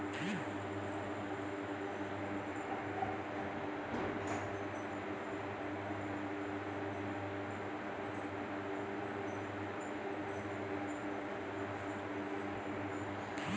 FD निवेश की आदर्श अवधि क्या होनी चाहिए?